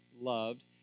loved